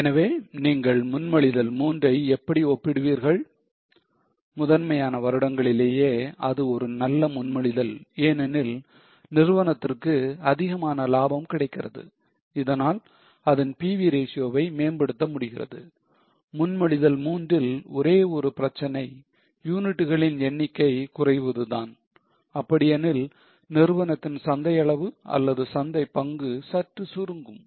எனவே நீங்கள் முன்மொழிதல் 3 ஐ எப்படி ஒப்பிடுவீர்கள் முதன்மையான வருடங்களிலேயே இது ஒரு நல்ல முன்மொழிதல் ஏனெனில் நிறுவனத்திற்கு அதிகமான லாபம் கிடைக்கிறது இதனால் அதன் PV ratio வை மேம்படுத்த முடிகிறது முன்மொழிதல் 3 ல் உள்ள ஒரே பிரச்சனை யூனிட்டுகளின் எண்ணிக்கை குறைவது தான் அப்படியெனில் நிறுவனத்தின் சந்தை அளவு அல்லது சந்தை பங்கு சற்று சுருங்கும்